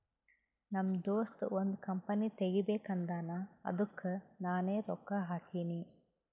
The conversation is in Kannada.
ನಮ್ ದೋಸ್ತ ಒಂದ್ ಕಂಪನಿ ತೆಗಿಬೇಕ್ ಅಂದಾನ್ ಅದ್ದುಕ್ ನಾನೇ ರೊಕ್ಕಾ ಹಾಕಿನಿ